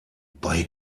bei